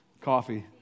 Coffee